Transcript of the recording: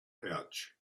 pouch